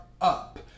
up